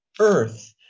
earth